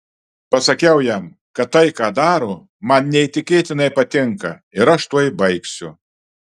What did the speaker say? pasakiau jam kad tai ką daro man neįtikėtinai patinka ir aš tuoj baigsiu